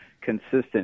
consistent